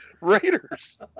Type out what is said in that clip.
Raiders